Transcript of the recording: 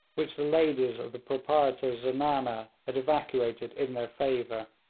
which the ladies of the proprietor's zenana had evacuated in their favour.